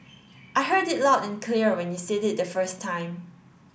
I heard it loud and clear when you said it the first time